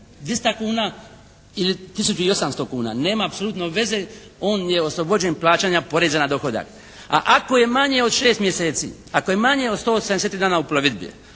200 kuna ili tisuću i 800 kuna. Nema apsolutno veze, on je oslobođen plaćanja poreza na dohodak. A ako je manje od 6 mjeseci, ako je manje od 184 dana u plovidbi